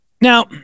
Now